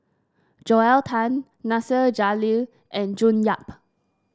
Joel Tan Nasir Jalil and June Yap